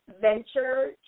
venture